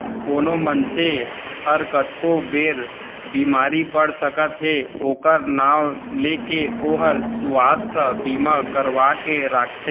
कोनो मनसे हर कतको बेर बीमार पड़ सकत हे ओकर नांव ले के ओहर सुवास्थ बीमा करवा के राखथे